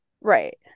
Right